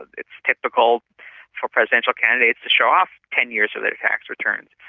it's typical for presidential candidates to show off ten years of their tax returns.